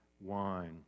wine